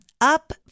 Up